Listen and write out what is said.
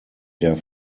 der